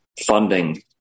funding